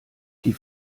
die